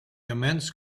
immense